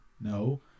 no